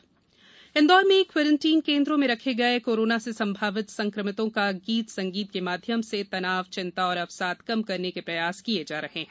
quarantine केंद्र इंदौर में quarantine केंद्रों में रखे गए कोरोना से संभावित संक्रमितों का गीत संगीत के माध्यम से तनाव चिंता और अवसाद कम करने के प्रयास किए जा रहे हैं